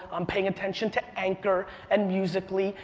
i'm paying attention to anchor, and musical ly,